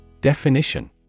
Definition